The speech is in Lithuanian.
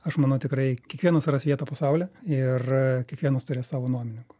aš manau tikrai kiekvienas ras vietą po saule ir kiekvienas turės savo nuomininkų